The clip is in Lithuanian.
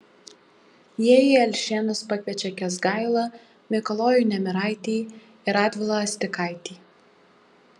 jie į alšėnus pakviečia kęsgailą mikalojų nemiraitį ir radvilą astikaitį